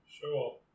Sure